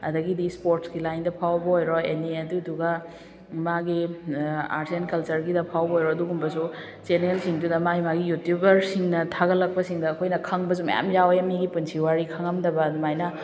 ꯑꯗꯒꯤꯗꯤ ꯏꯁꯄꯣꯔꯠꯁꯀꯤ ꯂꯥꯏꯟꯗ ꯐꯥꯎꯕ ꯑꯣꯏꯔꯣ ꯑꯦꯅꯤ ꯑꯗꯨꯗꯨꯒ ꯃꯥꯒꯤ ꯑꯥꯔꯠꯁ ꯑꯦꯟ ꯀꯜꯆꯔꯒꯤꯗ ꯐꯥꯎꯕ ꯑꯣꯏꯔꯣ ꯑꯗꯨꯒꯨꯝꯕꯁꯨ ꯆꯦꯅꯦꯜꯁꯤꯡꯗꯨꯗ ꯃꯥꯏ ꯃꯥꯒꯤ ꯌꯨꯇ꯭ꯌꯨꯕꯔꯁꯤꯡꯅ ꯊꯥꯒꯠꯂꯛꯄꯁꯤꯡꯗ ꯑꯩꯈꯣꯏꯅ ꯈꯪꯕꯁꯨ ꯃꯌꯥꯝ ꯌꯥꯎꯋꯦ ꯃꯤꯒꯤ ꯄꯨꯟꯁꯤ ꯋꯥꯔꯤ ꯈꯪꯉꯝꯗꯕ ꯑꯗꯨꯃꯥꯏꯅ